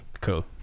cool